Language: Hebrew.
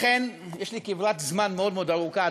אכן יש לי כברת זמן מאוד מאוד ארוכה,